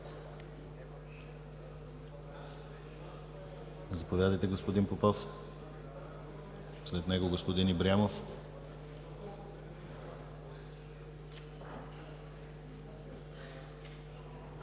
Заповядайте, господин Попов. След него е господин Ибрямов.